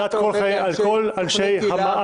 לדעת כל אנשי הבית.